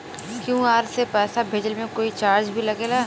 QR से पैसा भेजला के कोई चार्ज भी लागेला?